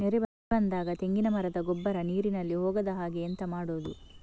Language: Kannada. ನೆರೆ ಬಂದಾಗ ತೆಂಗಿನ ಮರದ ಗೊಬ್ಬರ ನೀರಿನಲ್ಲಿ ಹೋಗದ ಹಾಗೆ ಎಂತ ಮಾಡೋದು?